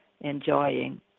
enjoying